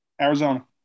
Arizona